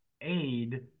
aid